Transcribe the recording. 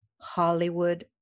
Hollywood